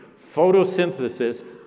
photosynthesis